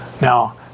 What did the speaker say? Now